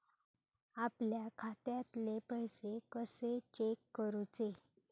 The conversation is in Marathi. आपल्या खात्यातले पैसे कशे चेक करुचे?